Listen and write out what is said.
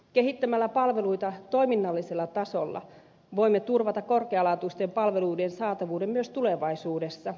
kehittämällä palveluita toiminnallisella tasolla voimme turvata korkealaatuisten palveluiden saatavuuden myös tulevaisuudessa